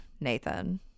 Nathan